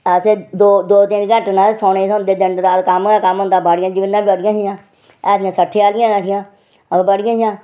असें दौ तीन घैंटे सोने गी थ्होंदे रात कम्म गै कम्म होंदा हा बाड़ियां जमीनां गै बड़ियां हियां ऐहियां सत्थें आह्लियां ऐहियां पर बड़ियां हियां